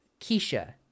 Keisha